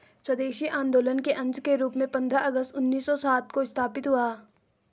स्वदेशी आंदोलन के अंश के रूप में पंद्रह अगस्त उन्नीस सौ सात को स्थापित हुआ